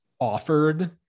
offered